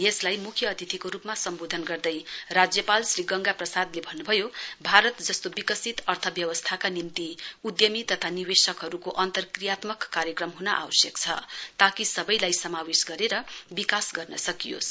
यसलाई मुख्य अतिथिको रुपमा सम्वोधन गर्दै राज्यपाल श्री गंगा प्रसादले भन्नुभयो भारत जस्तो विकसित अर्थव्यवस्थाका निम्ति उद्दमी तथा निवेशकहरुको अन्तक्रियात्मक कार्यक्रम हुन आवश्यक छ ताकि सवैलाई समावेश गरेर विकास गर्न सकियोस